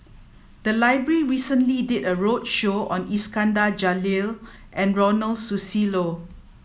the library recently did a roadshow on Iskandar Jalil and Ronald Susilo